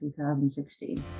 2016